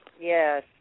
Yes